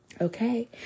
Okay